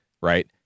Right